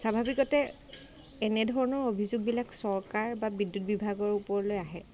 স্বাভাৱিকতে এনে ধৰণৰ অভিযোগবিলাক চৰকাৰ বা বিদ্যুৎ বিভাগৰ ওপৰলৈ আহে